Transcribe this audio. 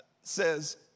says